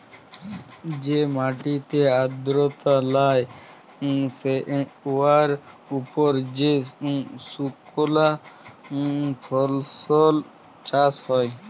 যে মাটিতে আর্দ্রতা লাই উয়ার উপর যে সুকনা ফসল চাষ হ্যয়